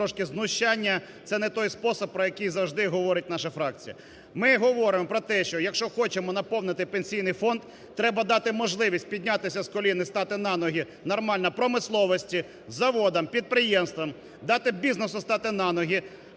трошки знущання, це не той спосіб, про який завжди говорить наша фракція. Ми говоримо про те, що якщо хочемо наповнити Пенсійний фонд, треба дати можливість піднятися з колін і стати на ноги нормально промисловості, заводам, підприємствам, дати бізнесу стати на ноги,